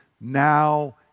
now